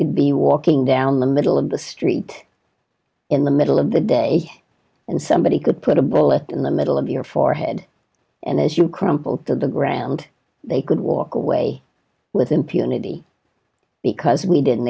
could be walking down the middle of the street in the middle of the day and somebody could put a bullet in the middle of your forehead and as you crumpled to the ground they could walk away with impunity because we didn't